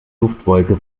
duftwolke